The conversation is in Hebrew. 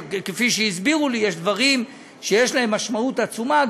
כפי שהסבירו לי: יש דברים שיש להם משמעות עצומה,